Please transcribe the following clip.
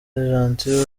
gentil